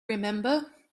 remember